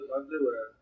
underwear